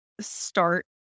start